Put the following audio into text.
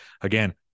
again